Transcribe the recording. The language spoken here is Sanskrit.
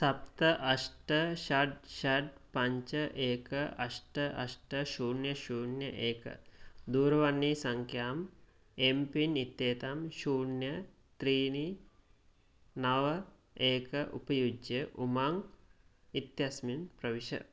सप्त अष्ट षट् षट् पञ्च एक अष्ट अष्ट शून्य शून्य एक दूरवाणीसङ्ख्याम् एम्पिन् इत्येतं शून्य त्रीणि नव एक उपयुज्य उमङ्ग् इत्यस्मिन् प्रविश